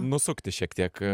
nusukti šiek tiek